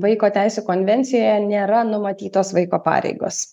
vaiko teisių konvencijoje nėra numatytos vaiko pareigos